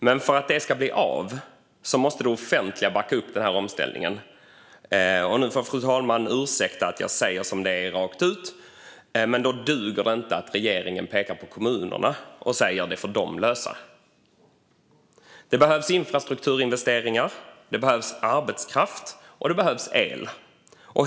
Men för att det ska bli av måste det offentliga backa upp denna omställning. Fru talmannen får ursäkta att jag säger som det är: Då duger det inte att regeringen pekar på kommunerna och säger att de får lösa det. Det behövs infrastrukturinvesteringar. Det behövs arbetskraft. Det behövs el.